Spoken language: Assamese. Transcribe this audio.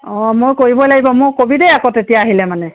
অঁ মই কৰিবই লাগিব মোক ক'বি দেই আকৌ তেতিয়া আহিলে মানে